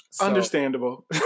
Understandable